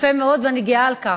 יפה מאוד, ואני גאה על כך.